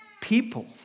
people